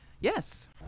Yes